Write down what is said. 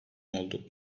oldu